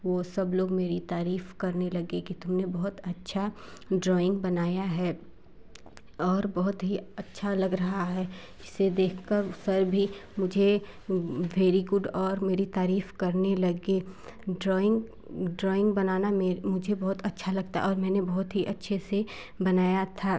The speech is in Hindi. वो सब लोग मेरी तारीफ़ करने लगे कि तुमने बहुत अच्छा ड्राॅइंग बनाया है और बहुत ही अच्छा लग रहा है इसे देख कर सर भी मुझे भेरी गुड और मेरी तारीफ़ करने लगे ड्रॉइंग ड्राॅइंग बनाना मेरे मुझे बहुत अच्छा लगता और मैंने बहुत ही अच्छे से बनाया था